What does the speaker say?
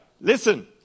Listen